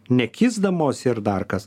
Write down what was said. nekisdamos ir dar kas